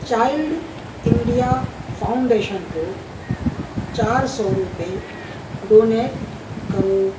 child India foundation کو چار سو روپئے ڈونیٹ کرو